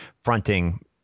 fronting